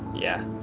yeah